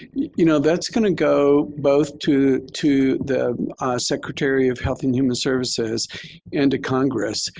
you know, that's going to go both to to the secretary of health and human services and to congress.